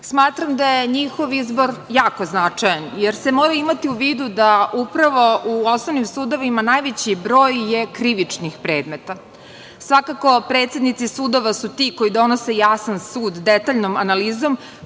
smatram da je njihov izbor jako značajan, jer se mora imati u vidu da upravo u osnovnim sudovima najveći broj je krivičnih predmeta. Svakako, predsednici sudova su ti koji donose jasan sud detaljnom analizom